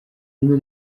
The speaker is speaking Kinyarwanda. umwe